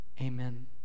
amen